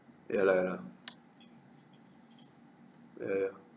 ya lah err